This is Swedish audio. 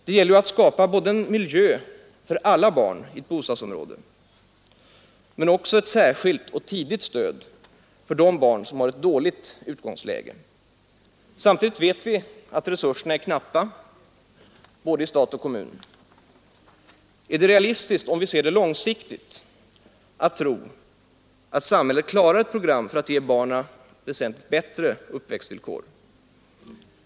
Det gäller ju att skapa inte bara en bra miljö för alla barn i ett bostadsområde utan också ett särskilt och tidigt stöd för de barn som har ett dåligt utgångsläge. Samtidigt vet vi att resurserna är knappa för både stat och kommun. Är det, om vi ser det långsiktigt, realistiskt att tro att samhället skall klara ett program för att ge barnen väsentligt bättre uppväxtvillkor?